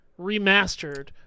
Remastered